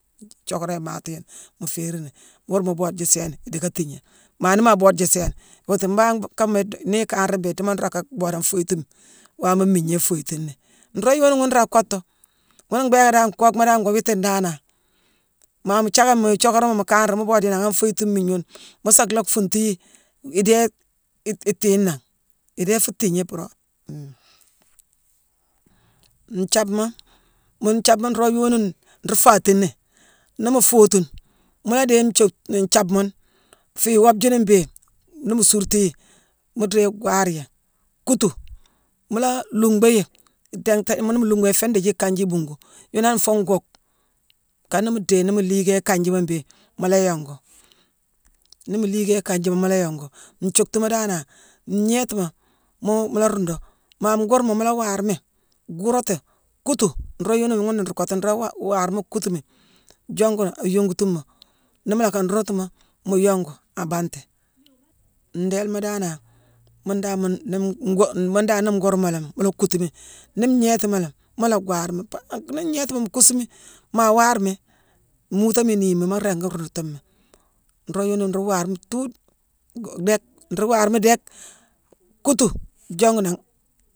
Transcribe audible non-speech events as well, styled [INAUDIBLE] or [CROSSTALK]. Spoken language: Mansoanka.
Thiockarone maati yuune mu féérini, wuuru mu boodejii sééne, idiicka thiigné. Maa niima boodejii sééne, wooti mbangh kaama-idi-nii ikanra mbéé, idiimo nruu lacka bhoode an foyetime, waama mmigna iyoyitini. Nroog yooni ghune nraa kottu. Ghuna mbhééké dan nkookma dan ngoo wiitine danane. Maa mu thiacké miyi thiockorama mu kanra, mu boodejii nangha an foyitine mmiigne ghune, mu sa lhaa fuuntu yi, idéé itii nangh, idéé ifuu tiigné puropi-hum. Nthiabema mune nthiabema nroog yooni nruu faatini, nii mu footune, mu la déye nthiock-nthiabe mune, fii iwoobe june mbéé, nii mu suurtu yi, mu dhéye gwaar yi, kuutu, mu la luumba yi itinghta-nii mu luumba yi iféé ndiithi ikanjii ibhuungu. Yuune an foo nkuuk, akana mu déye nii mu liigé ikanjiima mbéé, mu la yongu. Nii mu liigé ikanjiima mu la yongu, nthiocktuma danane, ngnéétima mu la ruundu. Maa nkuurma mu la waar mi, guurati, kuutu. Nroog yooni ghuna nruu kottu. Nroog waa-waar mi kuutu mi, jongu a yongutuma. Nii mu loo ka nruundutima, mu yongu aa banti. [NOISE] ndéélema danane, mune dan nii-goo-mune dan nii nkuurma laa mi, mu la kuutu mi. Nii ngnéétima laa mi, mu la gwaar mi. Pa-nii-ngééti mu kuusu mi maa waar mi, muutoma iniimi, maa ringi ruundutu mi. Nroog yooni nruu waar mi-tuude-déck-nruu waar mi déck kuutu jongu nangh